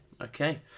Okay